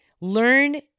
learn